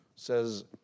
says